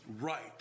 right